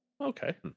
Okay